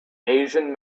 asian